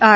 R